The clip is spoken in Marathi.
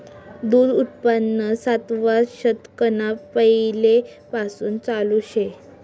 दूध उत्पादन सातवा शतकना पैलेपासून चालू शे